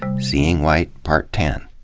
seeing white, part ten.